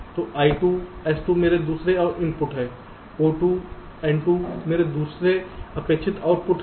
तो I2 S2 मेरा दूसरा इनपुट है O2 N2 मेरा दूसरा अपेक्षित आउटपुट है